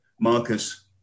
Marcus